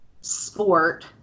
sport